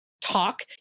talk